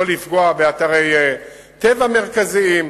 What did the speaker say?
לא לפגוע באתרי טבע מרכזיים,